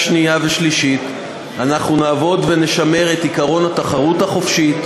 השנייה והשלישית אנחנו נעבוד ונשמר את עקרון התחרות החופשית,